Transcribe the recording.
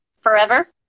forever